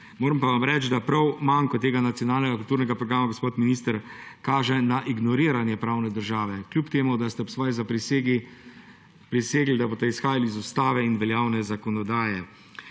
Moram pa reči, da prav manko tega nacionalnega kulturnega programa, gospod minister, kaže na ignoriranje pravne države, čeprav ste ob svoji zaprisegi prisegli, da boste izhajali iz Ustave in veljavne zakonodaje.